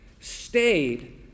stayed